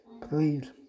please